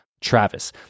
Travis